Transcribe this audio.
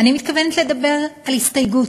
אני מתכוונת לדבר על הסתייגות.